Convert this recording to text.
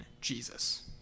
Jesus